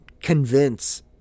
convince